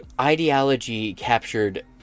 Ideology-captured